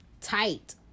tight